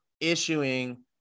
issuing